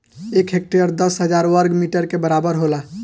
एक हेक्टेयर दस हजार वर्ग मीटर के बराबर होला